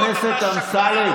לא בונים לגיטימציה ציבורית.